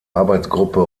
arbeitsgruppe